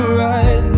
right